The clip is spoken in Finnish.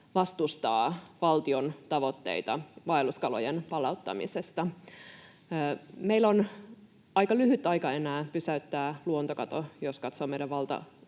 vastustavat valtion tavoitteita vaelluskalojen palauttamisesta. Meillä on aika lyhyt aika enää pysäyttää luontokato. Jos katsoo meidän